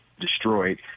destroyed